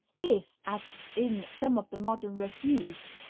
if, as in some of the modern revues,